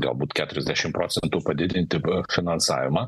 galbūt keturiasdešim procentų padidinti finansavimą